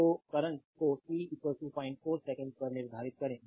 तो करंट को t 04 second पर निर्धारित करें